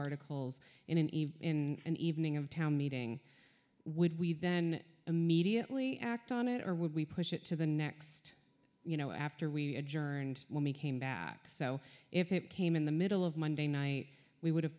articles in an even an evening of town meeting would we then immediately act on it or would we push it to the next you know after we adjourned when we came back so if it came in the middle of monday night we would